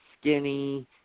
skinny